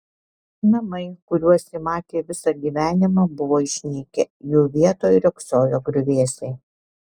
namai kuriuos ji matė visą gyvenimą buvo išnykę jų vietoj riogsojo griuvėsiai